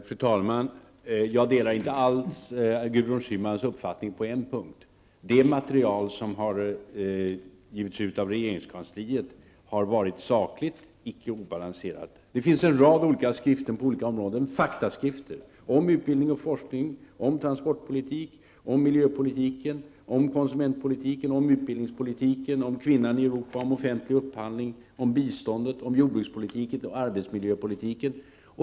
Fru talman! Jag delar inte alls Gudrun Schymans uppfattning på en punkt: det material som hittills givits ut av regeringskansliet har varit sakligt, icke obalanserat. Det finns en rad olika faktaskrifter på olika områden -- om utbildning och forskning, om transportpolitiken, om miljöpolitiken, om konsumentpolitiken, utbildningspolitiken, kvinnor i Europa, om offentlig upphandling, om biståndet och jordbrukspolitiken, om arbetsmiljöpolitiken.